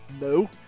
No